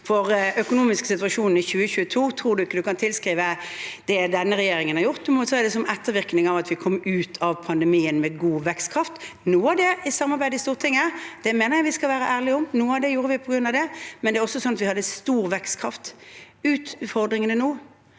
den økonomiske situasjonen i 2022, tror jeg ikke den kan tilskrives det denne regjeringen har gjort. Det må ses som en ettervirkning av at vi kom ut av pandemien med god vekstkraft, noe av det kom fra samarbeid i Stortinget – vi skal være ærlige på at noe av det gjorde vi på grunn av det – men det er også slik at vi hadde stor vekstkraft. Utfordringene nå